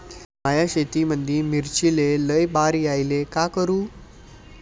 माया शेतामंदी मिर्चीले लई बार यायले का करू?